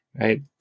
right